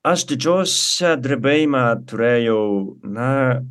aš didžiousią drebėjimą turėjau na